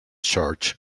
church